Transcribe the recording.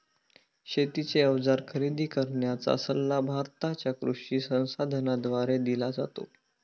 शेतीचे अवजार खरेदी करण्याचा सल्ला भारताच्या कृषी संसाधनाद्वारे दिला जातो